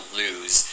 lose